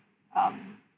um